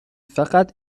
فقط